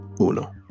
Uno